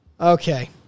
Okay